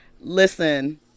Listen